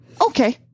okay